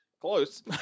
Close